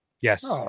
Yes